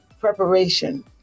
preparation